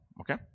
Okay